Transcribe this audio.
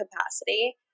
capacity